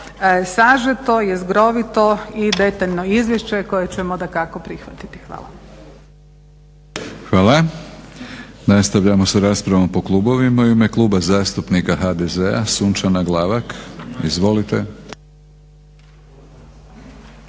sažeto, jezgrovito i detaljno izvješće koje ćemo dakako prihvatiti. Hvala. **Batinić, Milorad (HNS)** Hvala. Nastavljamo sa raspravom po klubovima. U ime Kluba zastupnika HDZ-a Sunčana Glavak. Izvolite.